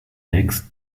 next